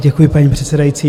Děkuji, paní předsedající.